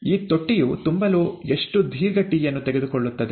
ಈ ತೊಟ್ಟಿಯು ತುಂಬಲು ಎಷ್ಟು ದೀರ್ಘ ಟಿ ಯನ್ನು ತೆಗೆದುಕೊಳ್ಳುತ್ತದೆ